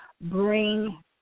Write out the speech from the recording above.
Bring